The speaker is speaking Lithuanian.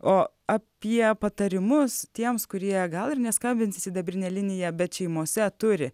o apie patarimus tiems kurie gal ir neskambins į sidabrinę liniją bet šeimose turi